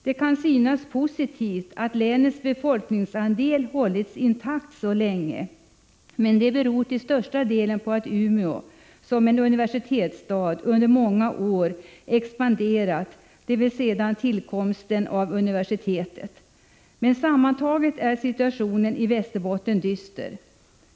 Det kan synas positivt att länets befolkningsandel hållits intakt så länge, men det beror till största delen på att Umeå under många år expanderat efter tillkomsten av universitetet. Men sammantaget är situationen i Västerbotten dyster.